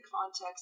context